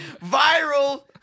Viral